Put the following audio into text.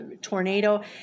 tornado